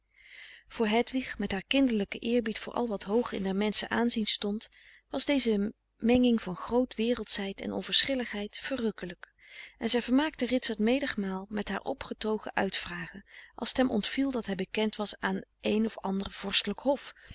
voor hedwig met haar kinderlijken eerbied voor al wat hoog in der menschen aanzien stond was deze menging van groot wereldschheid en onverschilligheid verrukkelijk en zij vermaakte ritsert menigmaal met haar opgetogen uitvragen als t hem ontviel dat hij bekend was aan een of ander vorstelijk hof